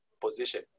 position